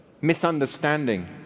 misunderstanding